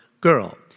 girl